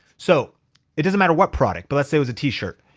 so it doesn't matter what product, but let's say it was a tee shirt.